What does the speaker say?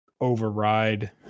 override